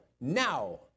now